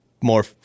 more